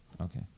Okay